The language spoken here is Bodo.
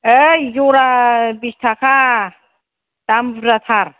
ओइ जरा बिसथाखा दाम बुरजाथार